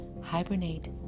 Hibernate